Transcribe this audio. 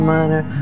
Minor